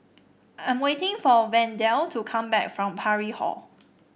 I'm waiting for Wendell to come back from Parry Hall